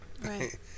Right